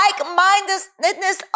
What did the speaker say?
like-mindedness